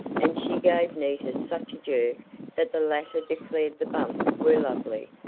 and she gave nita such a jerk that the latter declared the bumps were lovely,